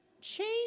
change